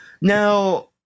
Now